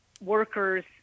workers